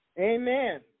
Amen